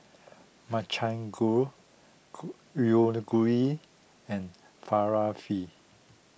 Makchang Gui and Falafel